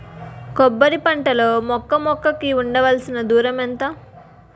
కొబ్బరి పంట లో మొక్క మొక్క కి ఉండవలసిన దూరం ఎంత